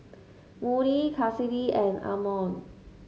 Moody Kassidy and Amon